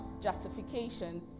justification